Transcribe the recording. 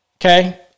okay